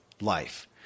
life